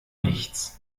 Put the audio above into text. nichts